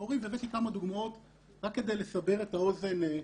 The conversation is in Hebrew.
לכן אישי הלך היום לבית הספר לפגוש את הרב